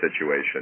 situation